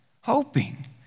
hoping